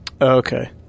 Okay